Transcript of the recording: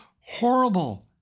horrible